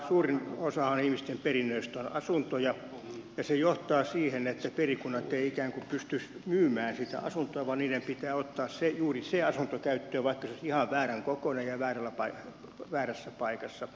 suurin osa ihmisten perinnöistähän on asuntoja ja se johtaa siihen että perikunnat eivät ikään kuin pystyisi myymään sitä asuntoa vaan niiden pitää ottaa juuri se asunto käyttöön vaikka se olisi ihan väärän kokoinen ja väärässä paikassa